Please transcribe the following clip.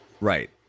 Right